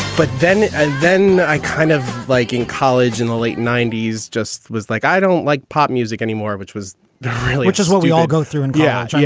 but then and then i kind of like in college in the late ninety s just was like, i don't like pop music anymore, which was really just when we all go through and. yeah.